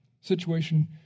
situation